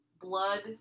blood